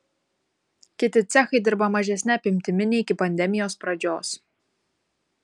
kiti cechai dirba mažesne apimtimi nei iki pandemijos pradžios